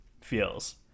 feels